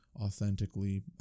authentically